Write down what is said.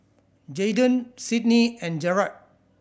Jaidyn Sydney and Jered